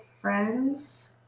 friends